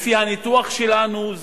לפי הניתוח שלנו,